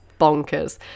bonkers